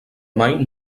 mai